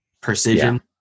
precision